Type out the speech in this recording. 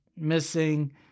missing